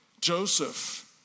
Joseph